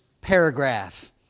paragraph